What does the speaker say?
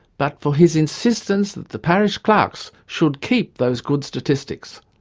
but for his insistence that the parish clerks should keep those good statistics.